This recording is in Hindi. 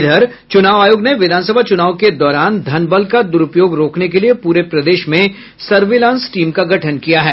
इधर चुनाव आयोग ने विधानसभा चुनाव के दौरान धन बल का दुरूपयोग रोकने के लिये पूरे प्रदेश में सर्विलांस टीम का गठन किया है